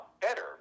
better